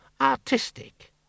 artistic